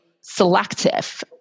selective